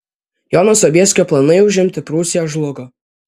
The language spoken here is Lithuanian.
jono sobieskio planai užimti prūsiją žlugo